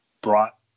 brought